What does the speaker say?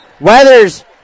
Weathers